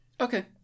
Okay